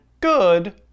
good